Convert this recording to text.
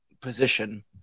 position